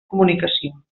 comunicació